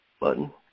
button